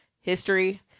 history